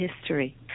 history